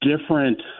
different